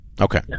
Okay